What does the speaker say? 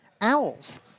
owls